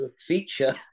feature